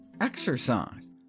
exercise